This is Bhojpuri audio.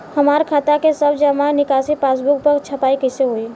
हमार खाता के सब जमा निकासी पासबुक पर छपाई कैसे होई?